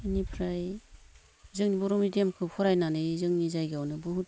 बेनिफ्राय जों बर' मिदियामखौ फरायनानै जोंनि जायगायावनो बहुद